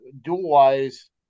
dual-wise